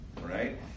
right